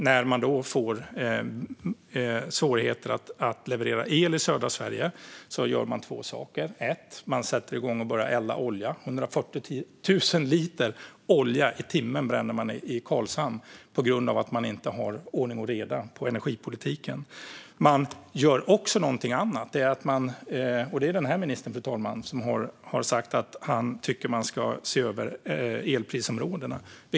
När man nu får svårigheter med att leverera el i södra Sverige gör man två saker. Först sätter man igång och börjar elda olja. 140 000 liter olja i timmen bränner man i Karlshamn på grund av att man inte har ordning och reda i energipolitiken. Man gör också något annat; den här ministern har sagt att han tycker att elprisområdena ska ses över.